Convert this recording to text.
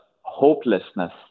hopelessness